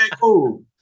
cool